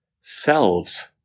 Selves